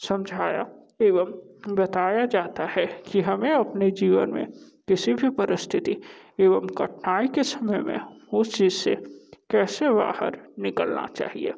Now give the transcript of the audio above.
समझाया एवं बताया जाता है कि हमें अपने जीवन में किसी भी परिस्थिति एवं कठिनाई के समय में उस चीज़ से कैसे बाहर निकलना चाहिए